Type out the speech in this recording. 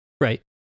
right